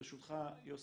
ברשותך, יוסי,